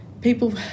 People